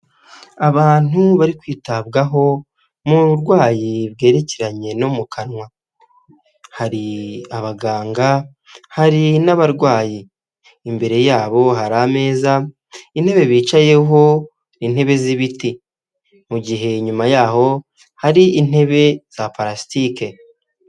Abantu bari kwitabwaho mu burwayi bwerekeranye no mu kanwa, hari abaganga hari n'abarwayi imbere yabo hari ameza, intebe bicayeho ni intebe z'ibiti, mu gihe nyuma yaho hari intebe za parasitike.